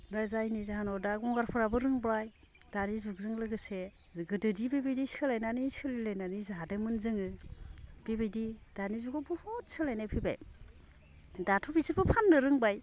ओमफ्राय जायनि जाहोनाव दा गंगारफोराबो रोंबाय दानि जुगजों लोगोसे गोदोदि बेबायदि सोलायनानै सोलिलायनानै जादोंमोन जोङो बेबायदि दानि जुगाव बुहुद सोलायनाय फैबाय दाथ' बिसोरबो फाननो रोंबाय